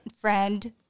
Friend